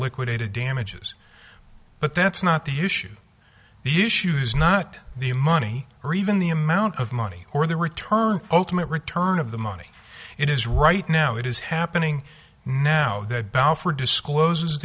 liquidated damages but that's not the issue the issues not the money or even the amount of money or the return ultimate return of the money it is right now it is happening now that balfour disclose